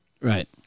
Right